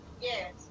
yes